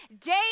Day